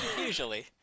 usually